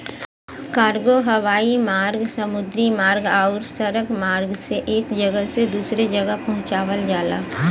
cargo हवाई मार्ग समुद्री मार्ग आउर सड़क मार्ग से एक जगह से दूसरे जगह पहुंचावल जाला